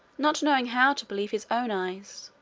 not knowing how to believe his own eyes.